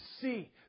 see